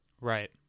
Right